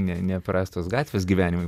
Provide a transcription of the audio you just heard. ne neprastos gatvės gyvenimui